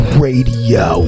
radio